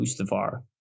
Mustafar